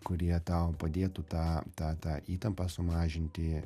kurie tau padėtų tą tą tą įtampą sumažinti